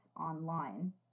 online